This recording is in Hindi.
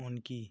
उनकी